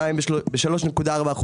המים ב-3.4%.